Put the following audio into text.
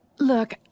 Look